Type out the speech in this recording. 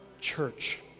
church